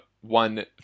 one